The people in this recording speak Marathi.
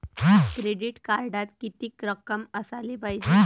क्रेडिट कार्डात कितीक रक्कम असाले पायजे?